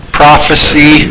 prophecy